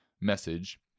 message